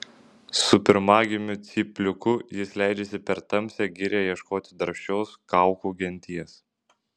su pirmagimiu cypliuku jis leidžiasi per tamsią girią ieškoti darbščios kaukų genties